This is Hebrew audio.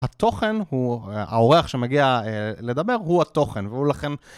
התוכן הוא, האורח שמגיע לדבר הוא התוכן, והוא לכן...